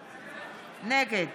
שפע, נגד